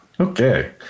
okay